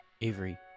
Avery